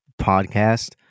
podcast